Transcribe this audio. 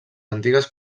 antigues